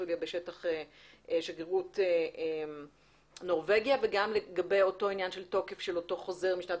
בשטח שגרירות נורבגיה וגם לגבי אותו עניין של התוקף של אותו חוזר משנת